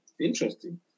Interesting